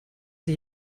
the